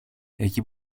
εκεί